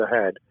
ahead